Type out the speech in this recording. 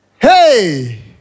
Hey